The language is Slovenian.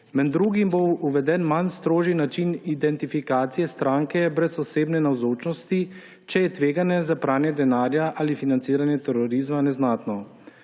Med drugim bo uveden manj strožji način identifikacije stranke brez osebne navzočnosti, če je tveganje za pranja denarja ali financiranje terorizma neznatno.